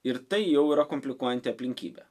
ir tai jau yra komplikuojanti aplinkybė